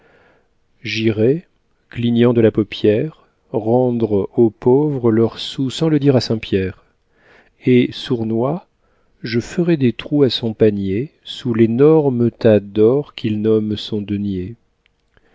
j'irais clignant de la paupière rendre aux pauvres leurs sous sans le dire à saintpierre et sournois je ferais des trous à son panier sous l'énorme tas d'or qu'il nomme son denier